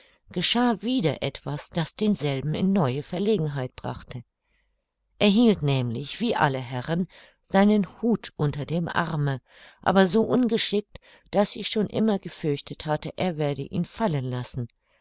geschah wieder etwas das denselben in neue verlegenheit brachte er hielt nämlich wie alle herren seinen hut unter dem arme aber so ungeschickt daß ich schon immer gefürchtet hatte er werde ihn fallen lassen